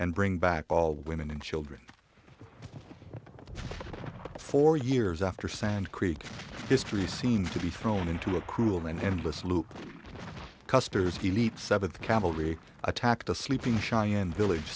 and bring back all women and children for years after sand creek history seemed to be thrown into a cruel and endless loop custer's he meets seventh cavalry attacked a sleeping cheyenne village